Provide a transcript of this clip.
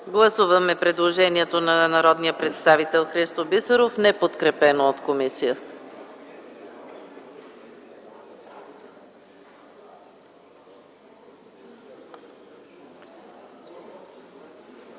гласуване предложението на народния представител Христо Бисеров, неподкрепено от комисията.